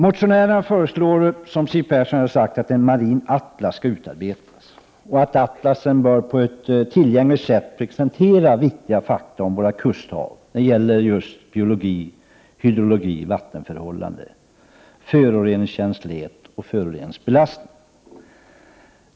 I reservationen föreslås, som Siw Person sagt, att en marin atlas utarbetas som på ett tillgängligt sätt presenterar viktiga fakta om våra kusthav. Det gäller biologi, hydrologi, vattenförhållanden, föroreningskänslighet och föroreningsbelastning.